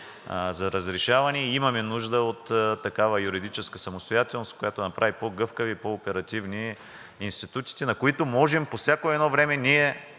за разрешаване и имаме нужда от такава юридическа самостоятелност, която да направи по-гъвкави, по-оперативни институтите, на които може по всяко едно време